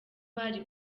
bari